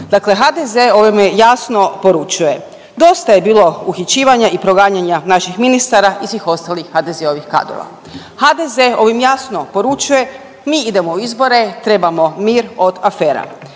Dakle HDZ ovime jasno poručuje, dosta je bilo uhićivanja i proganjanja naših ministara i svih ostalih HDZ-ovih kadrova. HDZ ovim jasno poručuje, mi idemo u izbore, trebamo mir od afera.